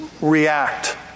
react